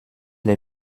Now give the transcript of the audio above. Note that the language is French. les